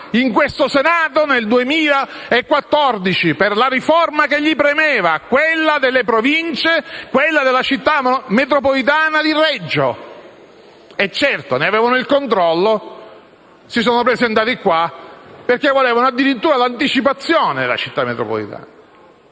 in Senato, nel 2014, per la riforma che gli premeva, ovvero quella delle Province e della Città metropolitana di Reggio. Certo, ne avevano il controllo. E si sono presentati qui perché volevano addirittura l'anticipazione della Città metropolitana.